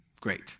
Great